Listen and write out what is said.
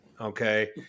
Okay